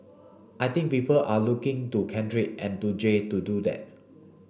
I think people are looking to Kendrick and to Jay to do that